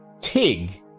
Tig